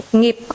nghiệp